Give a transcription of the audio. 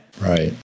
Right